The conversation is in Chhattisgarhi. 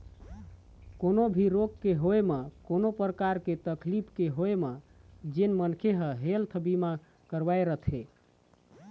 कोनो भी रोग के होय म कोनो परकार के तकलीफ के होय म जेन मनखे ह हेल्थ बीमा करवाय रथे